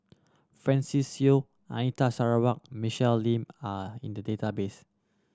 Francis Seow Anita Sarawak Michelle Lim are in the database